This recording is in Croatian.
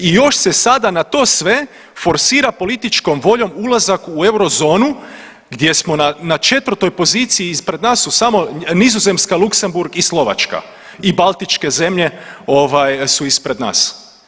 I još se sada na to sve forsira političkom voljom ulazak u eurozonu gdje smo na četvrtoj poziciji ispred nas su samo Nizozemska, Luksemburg i Slovačka i Baltičke zemlje su ispred nas.